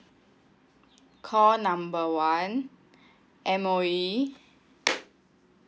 call number one M_O_E